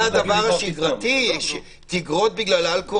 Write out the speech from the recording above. זה הדבר השגרתי, תגרות בגלל אלכוהול?